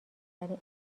ادعای